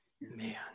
man